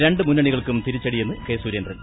രണ്ട് മുന്നണികൾക്കും തിരിച്ചടിയെന്ന് കെ സുരേന്ദ്രൻ